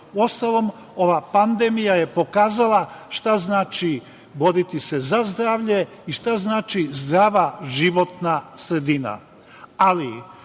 imamo. Uostalom, ova pandemija je pokazala šta znači boriti za zdravlje i šta znači zdrava životna sredina.